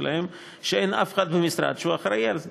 שלהם ואין אף אחד במשרד שאחראי על זה.